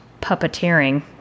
puppeteering